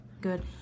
Good